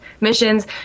missions